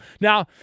Now